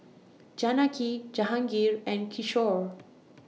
Janaki Jahangir and Kishore